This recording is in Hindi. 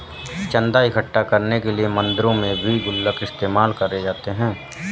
चन्दा इकट्ठा करने के लिए मंदिरों में भी गुल्लक इस्तेमाल करे जाते हैं